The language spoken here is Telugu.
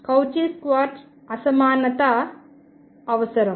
కౌచీ స్క్వార్ట్జ్ అసమానత అవసరం